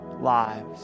lives